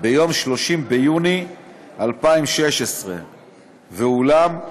ביום 30 ביוני 2016. ואולם,